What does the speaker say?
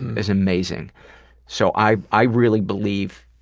it's amazing so i i really believe,